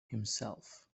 himself